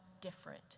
different